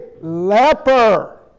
leper